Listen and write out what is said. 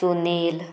Sunil